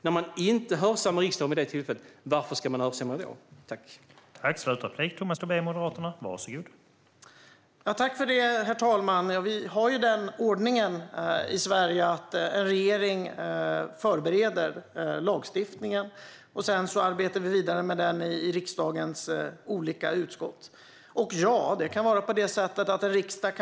När man inte hörsammar riksdagen vid det tillfället, varför ska man hörsamma det när förslaget läggs fram?